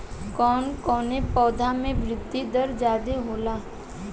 कवन कवने पौधा में वृद्धि दर ज्यादा होला?